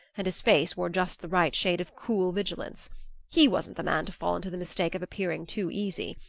and his face wore just the right shade of cool vigilance he wasn't the man to fall into the mistake of appearing too easy.